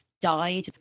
died